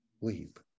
weep